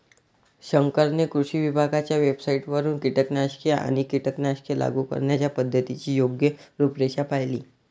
शंकरने कृषी विभागाच्या वेबसाइटवरून कीटकनाशके आणि कीटकनाशके लागू करण्याच्या पद्धतीची योग्य रूपरेषा पाहिली